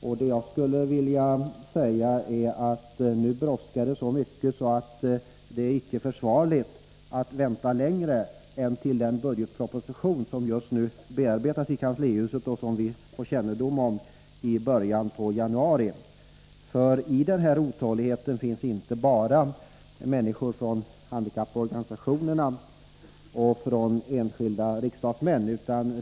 Och jag skulle vilja säga att det nu brådskar så mycket att det icke är försvarligt att vänta längre än till den budgetproposition som just nu utarbetas i kanslihuset. Den kommer vi att få i början på januari. I denna otålighet deltar inte bara människor från handikapporganisationerna och enskilda riksdagsmän.